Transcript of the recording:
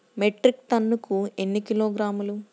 Metric టన్నుకు ఎన్ని కిలోగ్రాములు?